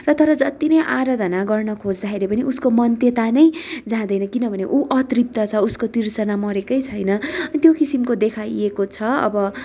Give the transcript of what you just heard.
र तर जति नै आराधना गर्न खोज्दाखेरि पनि उसको मन त्यता नै जाँदैन किनभने ऊ अतृप्त छ उसको तिर्सना मरेकै छैन त्यो किसिमको देखाइएको छ अब